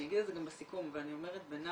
אני אומר את זה גם בסיכום אבל אומר גם כעת,